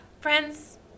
Friends